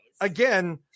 Again